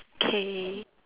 K